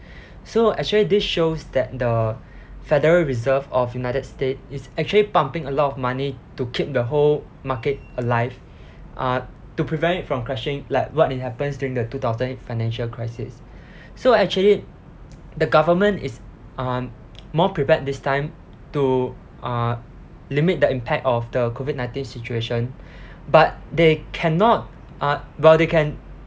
so actually this shows that the federal reserve of united states is actually pumping a lot of money to keep the whole market alive uh to prevent it from crashing like what it happens during the two thousand eight financial crisis so actually the government is um more prepared this time to uh limit the impact of the COVID nineteen situation but they cannot uh well they can